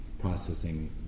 processing